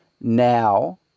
now